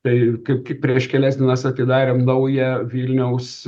tai kaip prieš kelias dienas atidarėm naują vilniaus